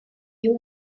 you